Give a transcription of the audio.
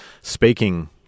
speaking